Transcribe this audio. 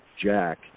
Jack